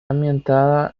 ambientada